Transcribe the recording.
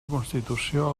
constitució